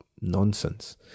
nonsense